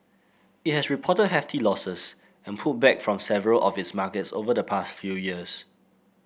it has reported hefty losses and pulled back from several of its markets over the past few years